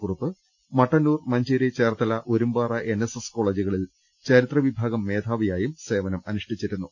Kurup Mattannur Manjeri Cherthala Orumpara NSS കോളജുകളിൽ ചരിത്രവിഭാഗം മേധാവിയായും സേവനം അനുഷ്ഠിച്ചിട്ടുണ്ട്